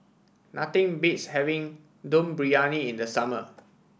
nothing beats having Dum Briyani in the summer